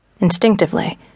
Instinctively